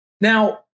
Now